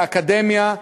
באקדמיה,